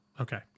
Okay